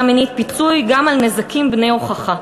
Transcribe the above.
מינית פיצוי גם על נזקים בני הוכחה,